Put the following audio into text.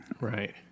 Right